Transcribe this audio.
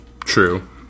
True